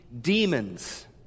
demons